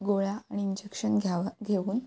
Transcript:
गोळा आणि इंजेक्शन घ्यावा घेऊन